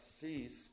cease